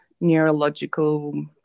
neurological